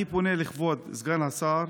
אני פונה לכבוד סגן השר: